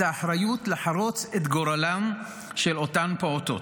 האחריות לחרוץ את גורלם של אותם פעוטות?